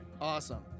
Awesome